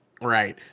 Right